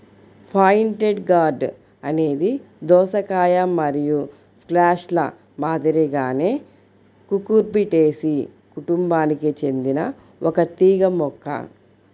pointed gourd అనేది దోసకాయ మరియు స్క్వాష్ల మాదిరిగానే కుకుర్బిటేసి కుటుంబానికి చెందిన ఒక తీగ మొక్క